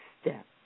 step